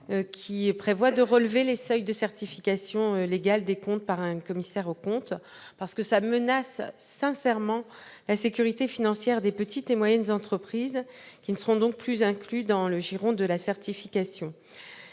qui prévoit de relever les seuils de certification légale des comptes par un commissaire aux comptes. Cette disposition menace sérieusement la sécurité financière des petites et moyennes entreprises, qui ne seront plus incluses dans le giron de la certification.